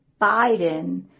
Biden